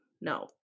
no